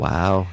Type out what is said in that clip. Wow